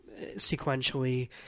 sequentially